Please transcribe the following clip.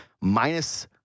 Minus